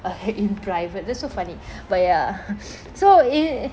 in private this so funny but ya so i